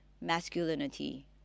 masculinity